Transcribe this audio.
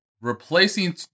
replacing